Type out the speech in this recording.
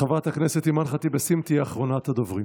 חברת הכנסת אימאן ח'טיב יאסין תהיה אחרונת הדוברים.